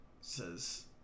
Says